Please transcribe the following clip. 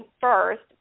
first